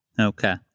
okay